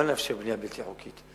לא נאפשר בנייה בלתי חוקית.